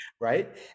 right